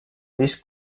disc